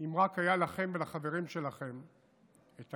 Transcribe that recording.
אם רק היה לכם ולחברים שלכם הכוח.